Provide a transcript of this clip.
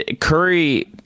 Curry